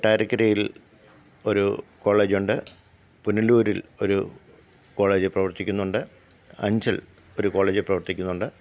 കൊട്ടാരക്കരയില് ഒരു കോളേജ് ഉണ്ട് പുനലൂരില് ഒരു കോളേജ് പ്രവര്ത്തിക്കുന്നുണ്ട് അഞ്ചല് ഒരു കോളേജ് പ്രവര്ത്തിക്കുന്നുണ്ട്